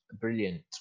brilliant